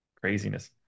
Craziness